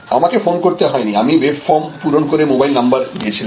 আমাকে ফোন করতে হয়নি আমি ওয়েবে ফর্ম পূরণ করে মোবাইল নাম্বার দিয়েছিলাম